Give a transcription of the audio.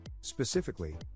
Specifically